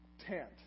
tent